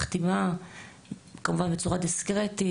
מחתימה כמובן בצורה דיסקרטית